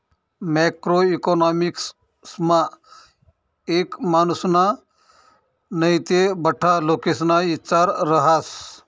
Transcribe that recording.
macro इकॉनॉमिक्समा एक मानुसना नै ते बठ्ठा लोकेस्ना इचार रहास